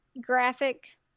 graphic